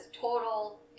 total